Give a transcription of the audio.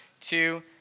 two